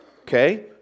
Okay